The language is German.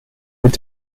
mit